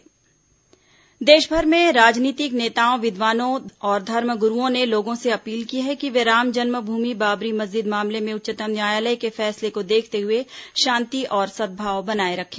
अयोध्या अपील देशभर में राजनीतिक नेताओं विद्वानों और धर्म गुरूओं ने लोगों से अपील की है कि वे रामजन्म भूमि बाबरी मस्जिद मामले में उच्चतम न्यायालय के फैसले को देखते हुए शांति और सद्भाव बनाए रखें